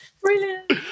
Brilliant